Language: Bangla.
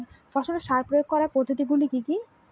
ফসলে সার প্রয়োগ করার পদ্ধতি গুলি কি কী?